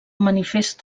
manifest